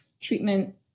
treatment